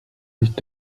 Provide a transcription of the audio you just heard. nicht